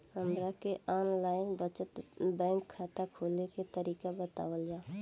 हमरा के online बचत बैंक खाता खोले के तरीका बतावल जाव?